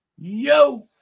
Yo